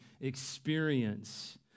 experience